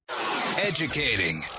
Educating